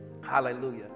Hallelujah